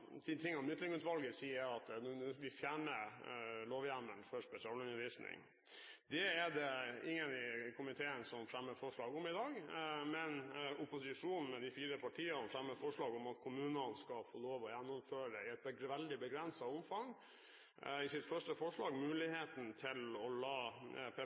sier, er at det vil fjerne lovhjemmelen for spesialundervisning. Det er det ingen i komiteen som fremmer forslag om i dag, men de fire partiene i opposisjonen fremmer forslag – i forslag nr. 1 – om at kommunene i et veldig begrenset omfang skal få lov til å gjennomføre